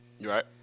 Right